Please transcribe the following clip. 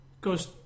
Goes